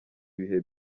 ibihe